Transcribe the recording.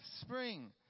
Spring